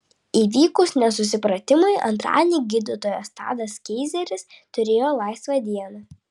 įvykus nesusipratimui antradienį gydytojas tadas keizeris turėjo laisvą dieną